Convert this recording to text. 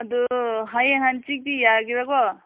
ꯑꯗꯨ ꯍꯌꯦꯡ ꯍꯪꯆꯤꯠꯇꯤ ꯌꯥꯒꯦꯔꯀꯣ